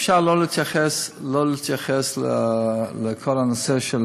אפשר לא להתייחס לכל הנושא של